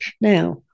Now